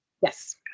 Yes